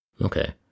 Okay